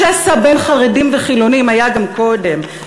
השסע בין חרדים וחילונים היה גם קודם,